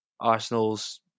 Arsenal's